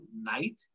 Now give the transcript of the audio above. night